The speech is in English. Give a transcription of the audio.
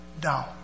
down